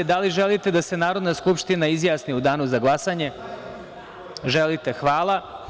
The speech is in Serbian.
Da li želite da se Narodna skupština izjasni u danu za glasanje? (Da.) Želite, hvala.